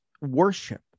worship